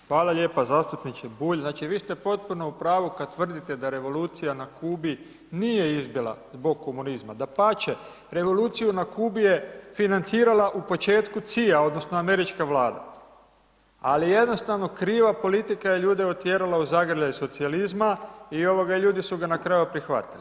Hvala lijepa, zastupniče Bulj znači vi ste potpuno u pravu kad tvrdite da revolucija na Kubi nije izbila zbog komunizma, dapače revoluciju na Kubi je financirala u početku CIA odnosno američka vlada, ali jednostavno kriva politika je ljude otjerala u zagrljaj socijalizma i ovoga ljudi su ga na kraju prihvatili.